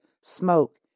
smoke